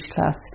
class